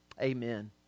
Amen